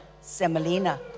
Semolina